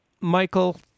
Michael